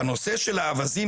בנושא של האווזים,